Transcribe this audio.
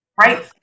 Right